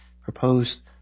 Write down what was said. proposed